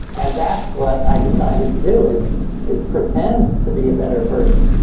and that's what i decided to do, is is pretend to be a better person.